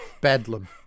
bedlam